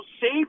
save